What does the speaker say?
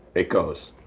it goes.